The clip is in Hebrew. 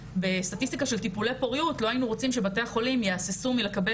בסטטיסטיקה של טיפולי פוריות לא היינו רוצים שבתי חולים יהססו מלקבל